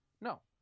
No